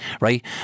right